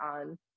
on